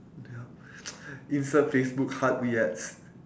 what the hell insert facebook heart we ads